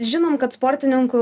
žinom kad sportininkų